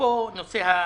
אפרופו נושא הסטודנטים,